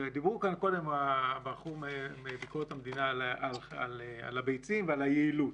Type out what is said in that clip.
הבחור מביקורת המדינה דיבר קודם על הביצים ועל היעילות.